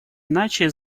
иначе